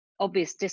Obvious